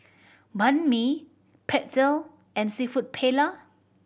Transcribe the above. Banh Mi Pretzel and Seafood Paella